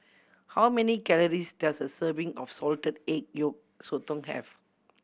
how many calories does a serving of salted egg yolk sotong have